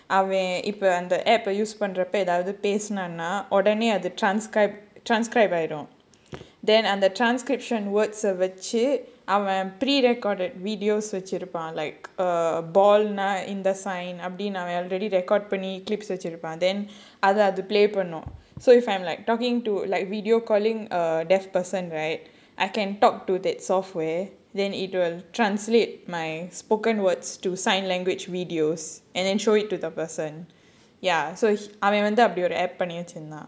அவன் இப்போ அந்த:avan ippo andha app ah use பண்றப்போ ஏதாவது பேசுனானா உடனே:pandrappo edhaavathu pesunanaa udanae transcribe transcribe ஆயிடும்:ayidum then under transcription words வச்சி அவன்:vachi avan pre-recorded videoes வச்சிருப்பான்:vachiruppaan like err ball னா:naa in the sign already record அப்டினு அவன்:apdinu avan clips வச்சிருப்பான்:vachirupaan then அது அது:adhu adhu play பண்ணும்:pannum so if I'm like talking to like video calling a deaf person right I can talk to that software then it will translate my spoken words to sign language videos and then throw it to the person ya so அவன் வந்து அப்டி ஒரு:avan vandhu apdi oru app பண்ணி வச்சிருந்தான்:panni vachirunthaan